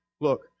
Look